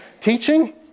teaching